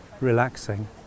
relaxing